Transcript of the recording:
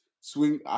swing